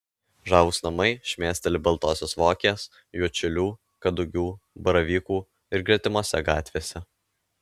žavūs namai šmėsteli baltosios vokės juodšilių kadugių baravykų ir gretimose gatvėse